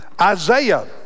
Isaiah